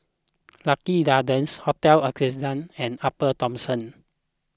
Lucky Gardens Hotel Ascendere and Upper Thomson